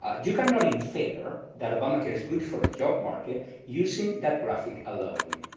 you cannot infer that obamacare is good for the job market using that graphic alone.